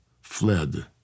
fled